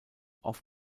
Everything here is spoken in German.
off